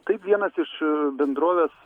taip vienas iš bendrovės